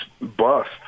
bust